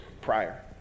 prior